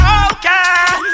okay